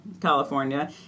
California